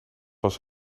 was